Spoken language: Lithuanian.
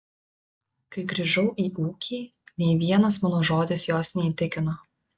kai grįžau į ūkį nė vienas mano žodis jos neįtikino